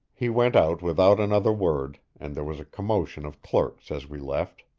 he went out without another word, and there was a commotion of clerks as we left.